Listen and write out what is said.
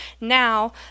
Now